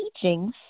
teachings